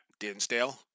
Dinsdale